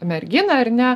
merginą ar ne